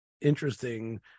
interesting